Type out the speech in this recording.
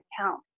account